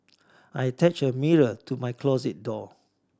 I attached a mirror to my closet door